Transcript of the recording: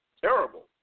Terrible